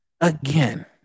again